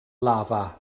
lafa